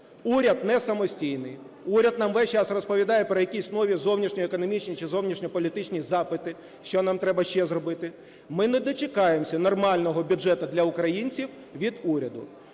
Уряд не самостійний, уряд нам весь час розповідає про якісь нові зовнішньоекономічні чи зовнішньополітичні запити, що нам треба ще зробити. Ми не дочекаємося нормального бюджету для українців від уряду.